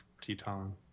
Teton